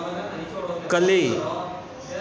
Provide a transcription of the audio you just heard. ಕಲಿ